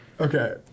Okay